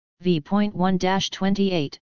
v.1-28